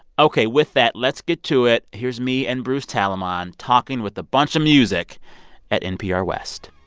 ok. with that, let's get to it. here's me and bruce talamon talking with a bunch of music at npr west